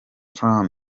tran